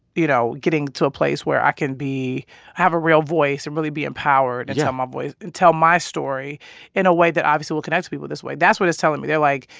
you know, getting to a place where i can be have a real voice and really be empowered yeah ah and tell my story in a way that obviously will connect to people this way. that's what it's telling me. they're like,